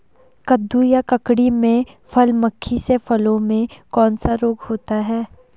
कद्दू या ककड़ी में फल मक्खी से फलों में कौन सा रोग होता है?